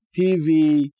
TV